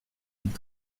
mille